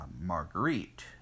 marguerite